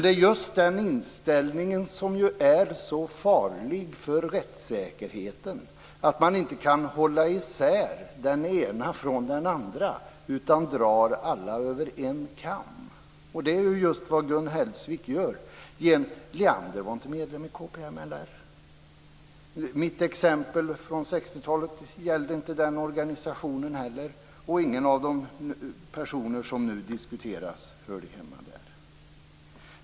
Det är just den inställningen som är så farlig för rättssäkerheten, att man inte kan hålla isär den ena från den andra utan drar alla över en kam. Det är just det Gun Hellsvik gör. Leander var inte medlem i KPML. Mitt exempel från 1960-talet gällde inte den organisationen heller, och ingen av de personer som nu diskuteras hörde hemma där.